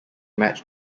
match